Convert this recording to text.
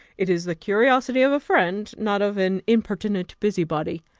it is the curiosity of a friend, not of an impertinent busybody.